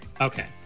Okay